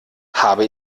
habe